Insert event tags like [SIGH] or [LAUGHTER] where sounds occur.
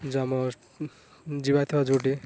[UNINTELLIGIBLE] ଯିବାର ଥିବ ଯେଉଁଠି